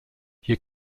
hier